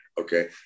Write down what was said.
okay